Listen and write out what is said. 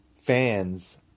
fans